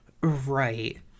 right